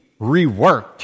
reworked